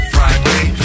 Friday